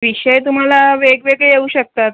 विषय तुम्हाला वेगवेगळे येऊ शकतात